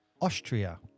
Austria